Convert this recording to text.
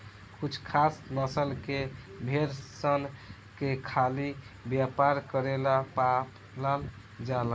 कुछ खास नस्ल के भेड़ सन के खाली व्यापार करेला पालल जाला